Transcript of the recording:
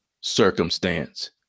circumstance